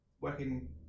working